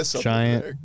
giant